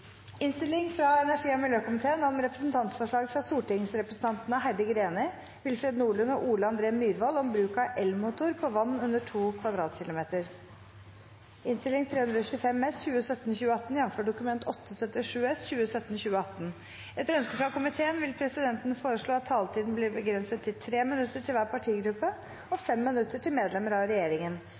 ønske fra energi- og miljøkomiteen vil presidenten foreslå at taletiden blir begrenset til 3 minutter til hver partigruppe og 5 minutter til medlemmer av regjeringen.